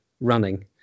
running